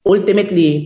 Ultimately